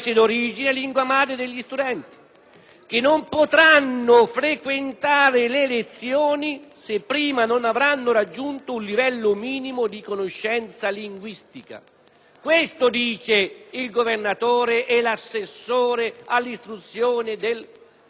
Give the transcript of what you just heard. che non potranno frequentare le lezioni se prima non avranno raggiunto un livello minimo di conoscenza linguistica. Questo dicono il governatore e l'assessore all'istruzione della Provincia di Bolzano,